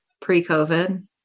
pre-COVID